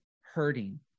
hurting